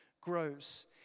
grows